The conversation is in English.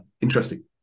Interesting